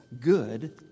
good